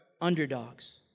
underdogs